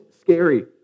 scary